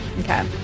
Okay